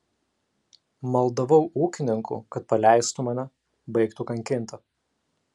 maldavau ūkininkų kad paleistų mane baigtų kankinti